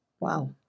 Wow